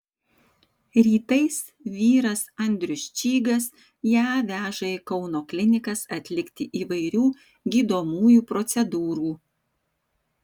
rytais vyras andrius čygas ją veža į kauno klinikas atlikti įvairių gydomųjų procedūrų